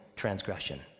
Transgression